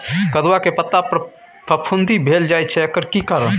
कदुआ के पता पर फफुंदी भेल जाय छै एकर कारण?